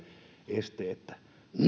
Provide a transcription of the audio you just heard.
esteettä